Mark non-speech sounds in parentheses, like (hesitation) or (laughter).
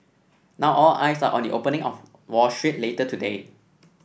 now all eyes are on the opening on (hesitation) Wall Street later today